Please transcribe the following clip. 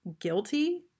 guilty